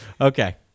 Okay